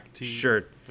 shirt